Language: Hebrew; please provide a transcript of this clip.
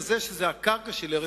את זה שזאת הקרקע של ארץ-ישראל.